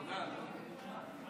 תודה על כל פנים.